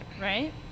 right